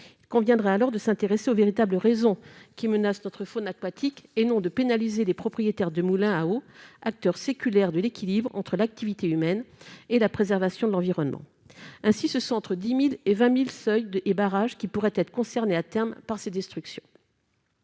conviendrait alors de s'intéresser aux véritables raisons qui menacent notre faune aquatique et non de pénaliser les propriétaires de moulins à eau acteur séculaire de l'équilibre entre l'activité humaine et la préservation de l'environnement ainsi ce centre 10000 et 20000 soldats et barrages qui pourraient être concernées à terme par des destructions.